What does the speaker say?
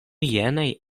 jenaj